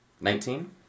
Nineteen